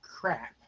crap